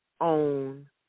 own